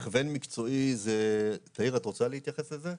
הכוון מקצועי זה, תאיר, את רוצה להתייחס לזה?